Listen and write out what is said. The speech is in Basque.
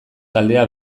taldea